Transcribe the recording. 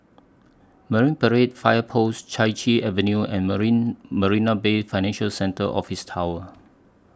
Marine Parade Fire Post Chai Chee Avenue and Marina Bay Financial Centre Office Tower